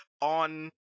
on